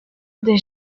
des